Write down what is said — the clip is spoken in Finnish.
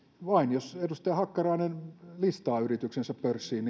vain jos edustaja hakkarainen listaa yrityksensä pörssiin